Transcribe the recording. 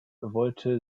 wollte